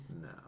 No